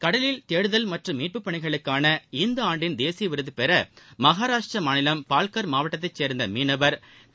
கடலில் தேடுதல் மற்றும் மீட்புப் பணிகளுக்கான இந்த ஆண்டின் தேசிய விருது பெற மகாராஷ்டிரா மாநிலம் பால்கர் மாவட்டத்தைச் சேர்ந்த மீனவர் திரு